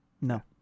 No